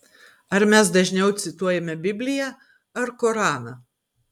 ar mes dažniau cituojame bibliją ar koraną